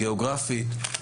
הגאוגרפית,